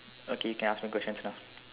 okay you can ask me questions now